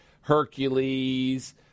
Hercules